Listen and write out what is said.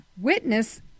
Witness